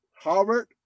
Harvard